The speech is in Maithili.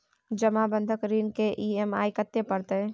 जमा बंधक ऋण के ई.एम.आई कत्ते परतै?